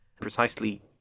precisely